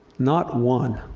not one.